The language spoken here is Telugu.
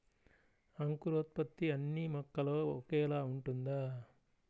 అంకురోత్పత్తి అన్నీ మొక్కలో ఒకేలా ఉంటుందా?